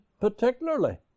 particularly